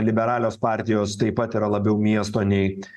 liberalios partijos taip pat yra labiau miesto nei